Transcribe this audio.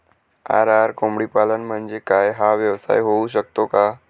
RR कोंबडीपालन म्हणजे काय? हा व्यवसाय होऊ शकतो का?